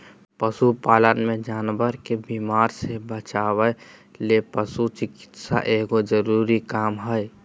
पशु पालन मे जानवर के बीमारी से बचावय ले पशु चिकित्सा एगो जरूरी काम हय